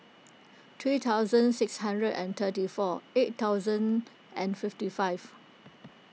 three thousand six hundred and thirty four eight thousand and fifty five